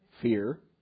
fear